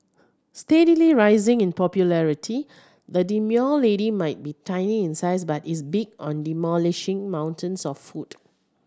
steadily rising in popularity the demure lady might be tiny in size but is big on demolishing mountains of food